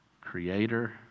creator